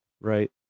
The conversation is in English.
Right